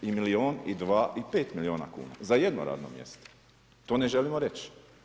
I milijun i dva i pet milijuna kuna za jedno radno mjesto, to ne želimo reć.